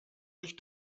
durch